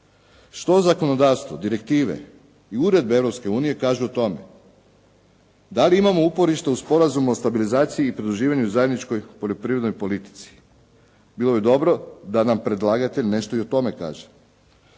što zakonodavstvo, direktive i uredbe Europske unije kažu o tome. Da li imamo uporište u Sporazumu o stabilizaciji i pridruživanju zajedničkoj poljoprivrednoj politici. Bilo bi dobro da nam predlagatelj nešto i o tome kaže.